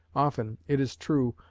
often, it is true,